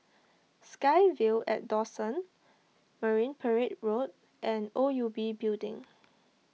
SkyVille at Dawson Marine Parade Road and O U B Building